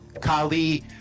Kali